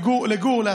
לגור בליי,